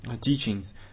teachings